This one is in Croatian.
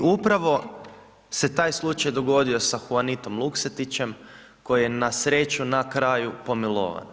I upravo se taj slučaj dogodio sa Huanitom Luksetićem, koji je na sreću, na kraju pomilovan.